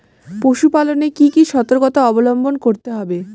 পশুপালন এ কি কি সর্তকতা অবলম্বন করতে হবে?